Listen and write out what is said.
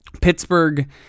Pittsburgh